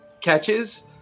catches